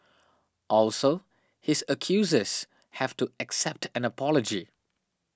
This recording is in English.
also his accusers have to accept an apology